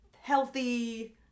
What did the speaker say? healthy